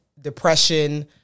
depression